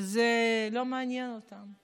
זה לא מעניין אותם.